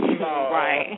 Right